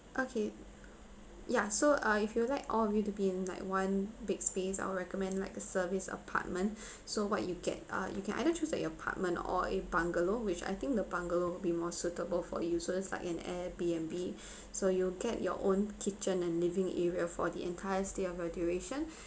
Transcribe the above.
okay ya so uh if you like all of you to be in like one big space I would recommend like a service apartment so what you get uh you can either choose that a apartment or a bungalow which I think the bungalow would be more suitable for you so it's like an Airbnb so you'll get your own kitchen and living area for the entire stay of your duration